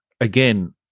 again